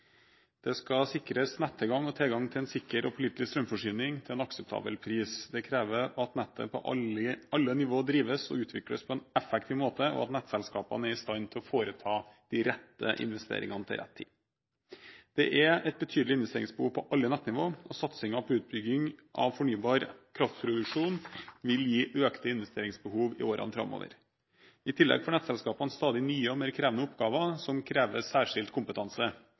De skal sikres nettilgang og tilgang til en sikker og pålitelig strømforsyning til en akseptabel pris. Det krever at nettet på alle nivåer drives og utvikles på en effektiv måte, og at nettselskapene er i stand til å foreta de rette investeringene til rett tid. Det er et betydelig investeringsbehov for alle nettnivå, og satsingen på fornybar kraftproduksjon vil gi økte investeringsbehov i årene framover. I tillegg får nettselskapene stadig nye og mer krevende oppgaver, som krever særskilt kompetanse,